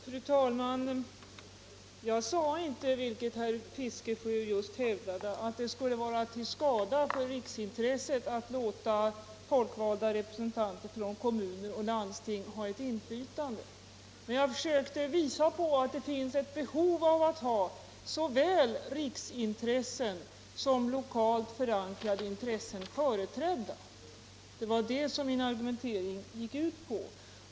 Fru talman! Jag sade inte, vilket herr Fiskesjö just hävdade, att det skulle vara till skada för riksintresset att låta folkvalda representanter från kommuner och landsting ha ett inflytande. Men jag försökte visa på att det finns ett behov av att ha såväl riksintressen som lokalt förankrade intressen företrädda. Det var det som min argumentering gick ut på.